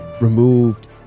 removed